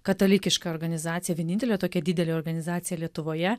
katalikiška organizacija vienintelė tokia didelė organizacija lietuvoje